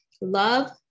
love